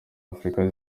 afurika